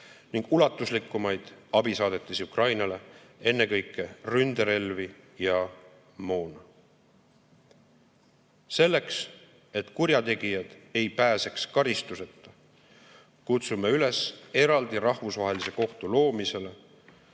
ning ulatuslikumaid abisaadetisi Ukrainale, ennekõike ründerelvi ja moona. Selleks, et kurjategijad ei pääseks karistuseta, kutsume üles eraldi rahvusvahelise kohtu loomisele,